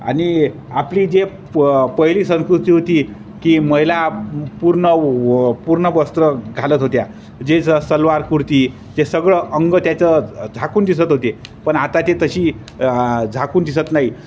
आणि आपली जे प पहिली संस्कृती होती की महिला पूर्ण व पूर्ण वस्त्र घालत होत्या जे ज सलवार कुर्ती जे सगळं अंग त्याचं झाकून दिसत होते पण आता ते तशी झाकून दिसत नाही